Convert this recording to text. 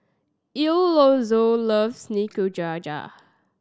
Elonzo loves Nikujaga